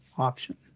option